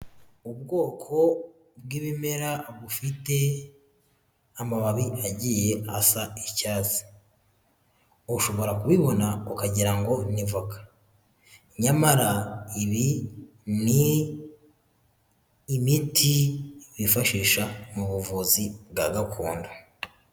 Ubwoko bw'ibimera bufite amababi agiye asa icyatsi, ushobora kubibona ukagira ngo ni voka, nyamara ibi n'imiti bifashisha mu buvuzi bwa gakondo.